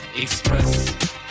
Express